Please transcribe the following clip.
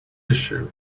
issue